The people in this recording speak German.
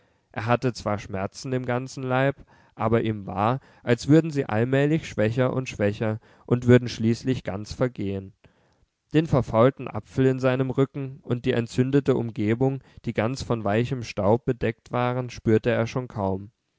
er hatte zwar schmerzen im ganzen leib aber ihm war als würden sie allmählich schwächer und schwächer und würden schließlich ganz vergehen den verfaulten apfel in seinem rücken und die entzündete umgebung die ganz von weichem staub bedeckt waren spürte er schon kaum